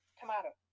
tomato